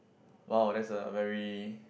!wow! that's a very